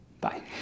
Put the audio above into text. Bye